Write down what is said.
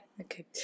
Okay